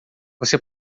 você